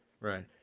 Right